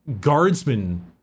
guardsmen